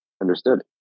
Understood